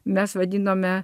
mes vadinome